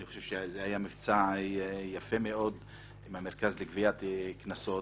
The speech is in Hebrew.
אני חושב שזה היה מבצע יפה מאוד עם המרכז לגביית קנסות,